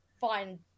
fine